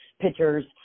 pitchers